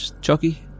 Chucky